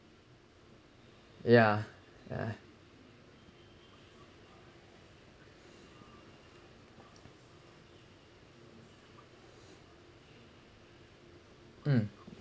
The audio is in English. yeah yeah mm